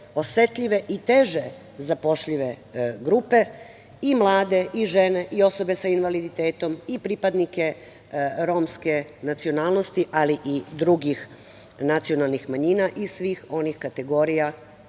osetljive i teže zapošljive grupe i mlade, i žene, i osobe sa invaliditetom, i pripadnike romske nacionalnosti, ali i drugih nacionalnih manjina i sve one kategorije